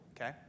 okay